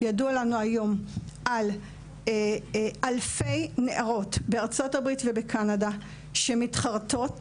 ידוע לנו היום על אלפי נערות בארצות הברית ובקנדה שמתחרטות